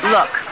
Look